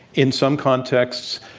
in some contexts,